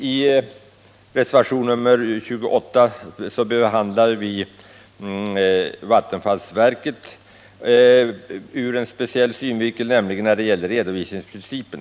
I reservation nr 28 behandlar vi vattenfallsverket ur en speciell synvinkel, nämligen verkets redovisningsprinciper.